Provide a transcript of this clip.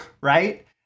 right